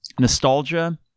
nostalgia